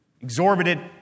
Exorbitant